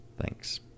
thanks